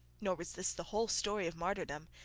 nor was this the whole story of martyrdom.